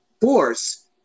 force